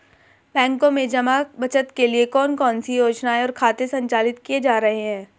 बैंकों में जमा बचत के लिए कौन कौन सी योजनाएं और खाते संचालित किए जा रहे हैं?